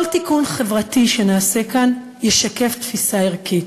כל תיקון חברתי שנעשה כאן ישקף תפיסה ערכית,